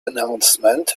announcement